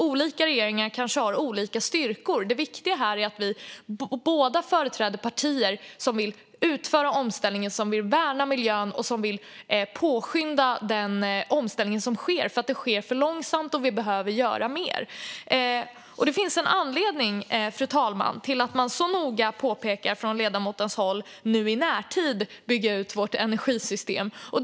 Olika regeringar kanske har olika styrkor. Det viktiga här är att vi båda företräder partier som vill utföra omställningen, som vill värna miljön och som vill påskynda den omställning som sker därför att den sker för långsamt och vi behöver göra mer. Det finns en anledning, fru talman, till att ledamoten är så noga med att påpeka att vi måste bygga ut vårt energisystem i närtid.